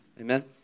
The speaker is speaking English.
Amen